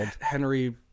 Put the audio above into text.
Henry